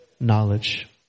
knowledge